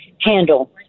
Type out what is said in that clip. handle